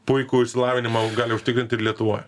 puikų išsilavinimą gali užtikrint ir lietuvoj